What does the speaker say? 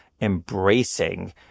embracing